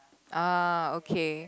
uh okay